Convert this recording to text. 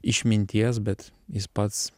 išminties bet jis pats